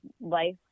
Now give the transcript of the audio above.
life